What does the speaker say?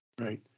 Right